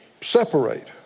separate